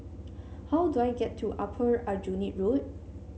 how do I get to Upper Aljunied Road